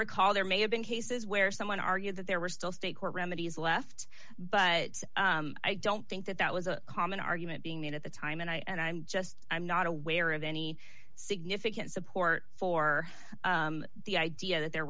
recall there may have been cases where someone argued that there were still state court remedy yes left but i don't think that that was a common argument being made at the time and i'm just i'm not aware of any significant support for the idea that there